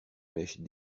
mèches